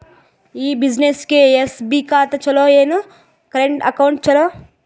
ಈ ಬ್ಯುಸಿನೆಸ್ಗೆ ಎಸ್.ಬಿ ಖಾತ ಚಲೋ ಏನು, ಕರೆಂಟ್ ಅಕೌಂಟ್ ಚಲೋ?